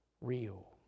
real